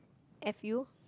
F U